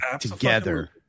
together